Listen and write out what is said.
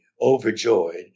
overjoyed